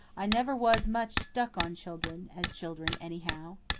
i never was much struck on children as children, anyhow.